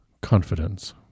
Confidence